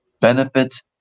benefits